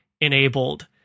enabled